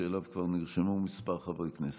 שאליו כבר נרשמו כמה חברי כנסת.